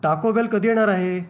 टाको बेल कधी येणार आहे